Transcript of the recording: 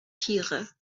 tiere